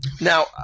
Now